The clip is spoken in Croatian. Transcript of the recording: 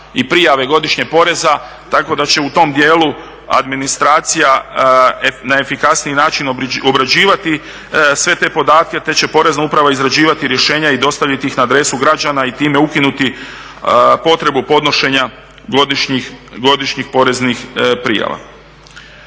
i prijave godišnje poreza tako da će u tom dijelu administracija na efikasniji način obrađivati sve te podatke te će Porezna uprava izrađivati rješenja i dostaviti ih na adresu građana i time ukinuti potrebu podnošenja godišnjih poreznih prijava.